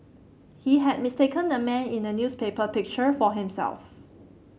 he had mistaken the man in the newspaper picture for himself